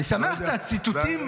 אני שמח שהציטוטים,